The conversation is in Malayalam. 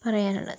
പറയാനുള്ളത്